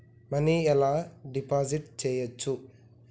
Money ఎలా deposit చేయచ్చు?